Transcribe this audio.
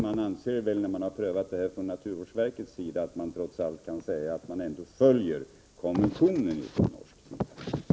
Man anser, när man prövat detta från naturvårdsverkets sida, att man dock kan säga att konventionen följs av Norge.